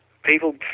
people